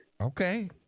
Okay